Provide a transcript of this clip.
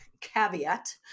caveat